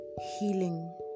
Healing